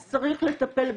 אז צריך לטפל בזה,